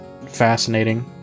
fascinating